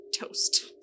toast